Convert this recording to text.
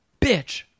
bitch